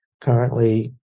currently